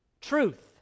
Truth